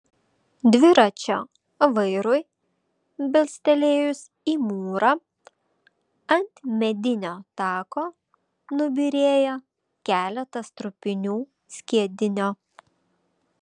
dviračio vairui bilstelėjus į mūrą ant medinio tako nubyrėjo keletas trupinių skiedinio